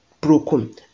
broken